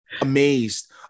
amazed